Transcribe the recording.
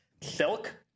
Silk